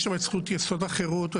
יש שם זכויות יסוד אחרות,